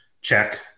check